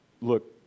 Look